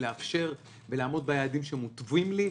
לאפשר ולעמוד ביעדים שמותווים לי,